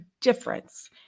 difference